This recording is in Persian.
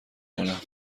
کنم